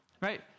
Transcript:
right